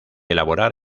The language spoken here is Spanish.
elaborar